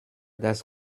das